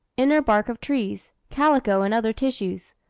inner bark of trees, calico and other tissues,